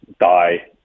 die